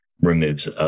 removes